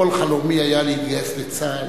כל חלומי היה להתגייס לצה"ל.